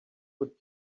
would